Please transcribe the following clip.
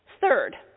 Third